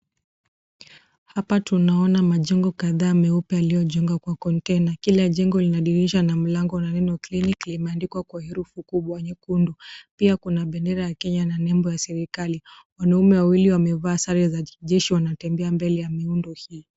Hapa tunaona majengo kadhaa meupe yaliyojengwa kwa kontena. Kila jengo lina dirisha na mlango maneno kiliniki imeandikwa kwa herufi kubwa nyekundu. Pia kuna bendera ya Kenya na nembo ya serikali. Wanaume wawili wamevaa sare za kijeshi na wanatembea mbele ya miundo hii.